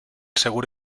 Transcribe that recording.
seguro